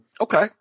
Okay